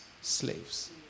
slaves